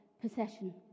possession